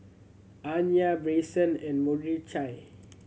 Anya Bryson and Mordechai